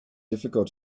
difficult